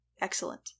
Excellent